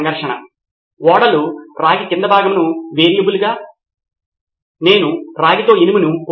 అప్పుడు మనకు ఇప్పటికే గూగుల్ క్లాస్రూమ్ లేదా వికీ వంటి కొన్ని తక్కువ అప్లికేషన్ లు ఉన్నాయి ఇవి ఈ రకమైనవి చేయగలవు ఇవి కూడా ఇలాంటి కార్యాచరణను కలిగి ఉంటాయి